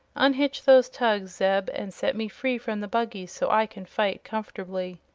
unhitch those tugs, zeb, and set me free from the buggy, so i can fight comfortably.